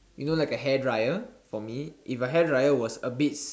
you know like a hair dryer for me if the hair dryer was a bit